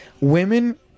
Women